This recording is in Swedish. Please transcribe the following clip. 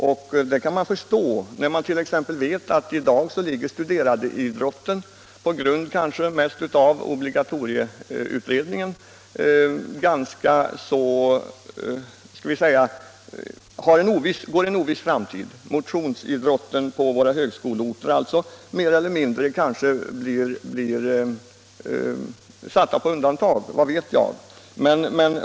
Jag kan förstå den inställningen från universitetens sida, eftersom jag vet att studentidrotten — kanske mest på grund av obligatorieutredningen — synes gå en oviss framtid till mötes. Motionsidrotten på våra högskoleorter blir kanske mer eller mindre satt på undantag.